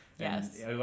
Yes